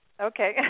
okay